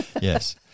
Yes